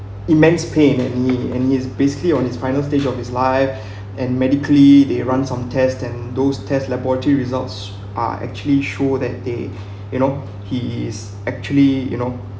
immense pain and he and he is basically on his final stage of his life and medically they run some tests and those test laboratory results are actually show that they you know he is actually you know